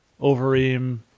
Overeem